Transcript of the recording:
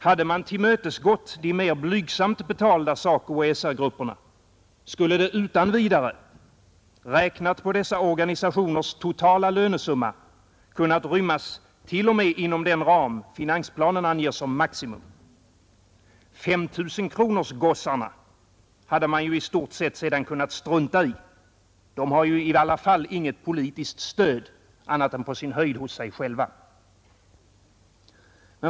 Hade man tillmötesgått de mer blygsamt betalda SACO och SR-grupperna skulle det utan vidare, räknat på dessa organisationers totala lönesumma, ha kunnat rymmas t.o.m. inom den ram finansplanen anger som maximum. Femtusenkronorsgossarna hade man ju i stort sett sedan kunnat strunta i — de har inget politiskt stöd, annat än på sin höjd hos sig själva.